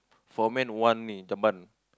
for man one only turban